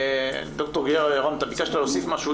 ד"ר גיורא ירון ביקשת להוסיף משהו,